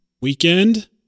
weekend